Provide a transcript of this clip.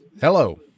hello